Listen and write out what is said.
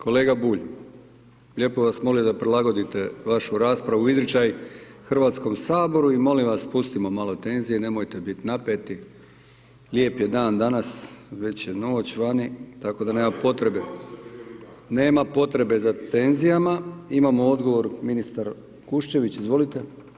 Kolega Bulj, lijepo vas molim da prilagodite vašu raspravu i izričaj HS-u i molim vas pustimo malo tenzije, nemojte bit napeti, lijep je dan danas, već je noć vani, tako da nema potrebe nema potrebe za tenzijama, imamo odgovor, ministar Kuščević, izvolite.